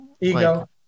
Ego